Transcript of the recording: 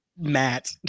Matt